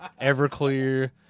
Everclear